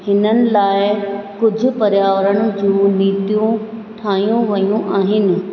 हिननि लाइ कुझु पर्यावरण जूं नितीयूं ठाहियूं वियूं आहिन